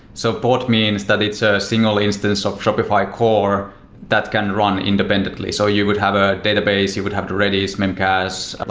so pod means that it's a single instance of shopify core that can run independently. so you would have ah a you would have redis, memcached.